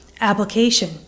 Application